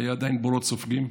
היו עדיין בורות סופגים.